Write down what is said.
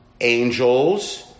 angels